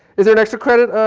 is there an extra credit,